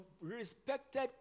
respected